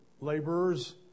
laborers